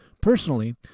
Personally